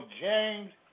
James